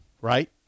Right